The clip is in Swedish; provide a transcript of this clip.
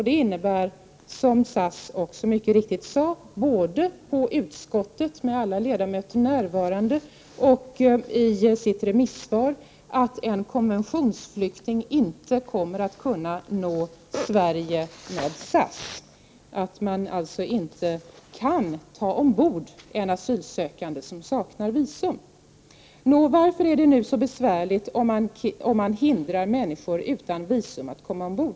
Det innebär, som SAS mycket riktigt sade både inför utskottet med alla ledamöter närvarande och i sitt remissvar, att en konventionsflykting inte kommer att kunna nå Sverige med SAS, att man alltså inte kan ta ombord en asylsökande som saknar visum. Varför blir det så besvärligt om man hindrar människor som saknar visum att komma ombord?